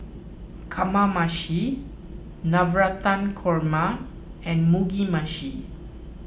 Kamameshi Navratan Korma and Mugi Meshi